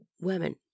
women